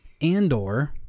Andor